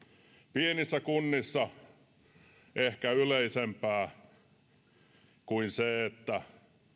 pienissä kunnissa ehkä yleisempää kuin se että